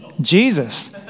Jesus